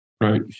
Right